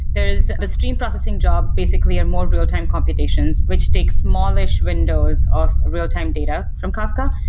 there is the stream processing jobs basically are more real-time computations, which takes smallish windows of real-time data from kafka.